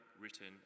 written